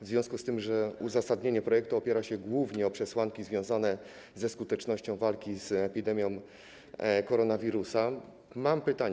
W związku z tym, że uzasadnienie projektu opiera się głównie na przesłankach związanych ze skutecznością walki z epidemią koronawirusa, mam pytanie: